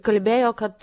kalbėjo kad